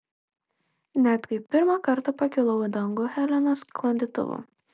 net kai pirmą kartą pakilau į dangų helenos sklandytuvu